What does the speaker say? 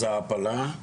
זה העפלה.